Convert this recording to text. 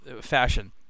fashion